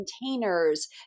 containers